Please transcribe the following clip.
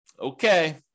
Okay